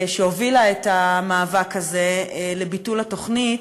שהובילה את המאבק הזה לביטול התוכנית,